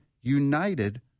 united